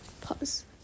Pause